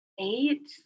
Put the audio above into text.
Eight